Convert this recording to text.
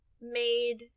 made